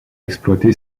exploité